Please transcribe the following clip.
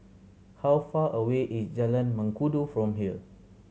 how far away is Jalan Mengkudu from here